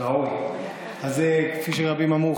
אז כפי שרבים אמרו,